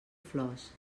flors